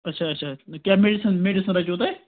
اچھا اچھا کیٛاہ میٚڈِسن میٚڈِسَن رَچوٕ تۄہہِ